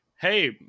Hey